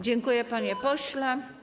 Dziękuję, panie pośle.